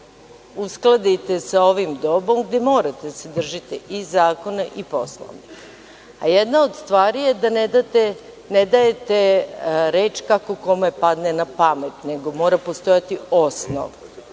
uskladite sa ovim dobom gde morate se držati i zakona i Poslovnika. Jedna od stvari je da ne date reč kako kome padne na pamet nego mora postojati osnov.